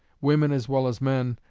women as well as men,